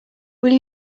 will